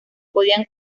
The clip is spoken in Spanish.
podían